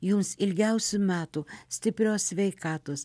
jums ilgiausių metų stiprios sveikatos